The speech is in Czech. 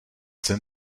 jsem